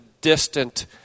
distant